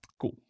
Cool